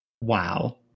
wow